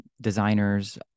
designers